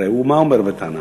הרי מה הוא אומר בטענה?